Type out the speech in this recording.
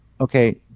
Okay